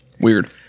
Weird